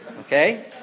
Okay